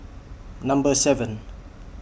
Number seven